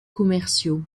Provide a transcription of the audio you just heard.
commerciaux